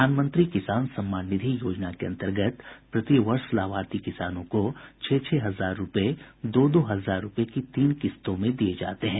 प्रधानमंत्री किसान सम्मान निधि योजना के अंतर्गत प्रति वर्ष लाभार्थी किसानों को छह छह हजार रुपये दो दो हजार रुपये की तीन किस्तों में दिए जाते हैं